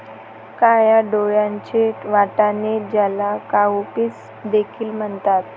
काळ्या डोळ्यांचे वाटाणे, ज्याला काउपीस देखील म्हणतात